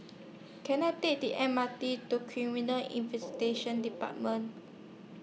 Can I Take The M R T to Criminal Investigation department